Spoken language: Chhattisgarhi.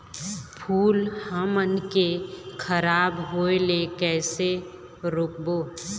फूल हमन के खराब होए ले कैसे रोकबो?